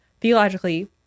theologically